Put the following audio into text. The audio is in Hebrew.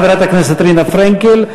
חברת הכנסת רינה פרנקל,